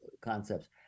concepts